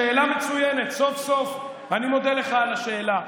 שאלה מצוינת, סוף-סוף, ואני מודה לך על השאלה.